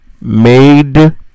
made